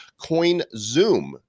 CoinZoom